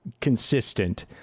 consistent